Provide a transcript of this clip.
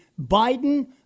Biden